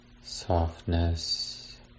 softness